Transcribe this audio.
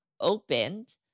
opened